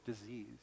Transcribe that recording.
disease